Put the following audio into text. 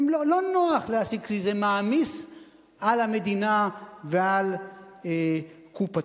לא נוח להעסיק כי זה מעמיס על המדינה ועל קופתה.